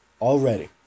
Already